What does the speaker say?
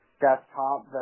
desktop